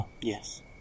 Yes